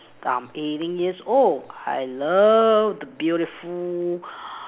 I'm eighteen years old I love the beautiful